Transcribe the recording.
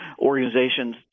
organizations